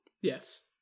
Yes